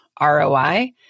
ROI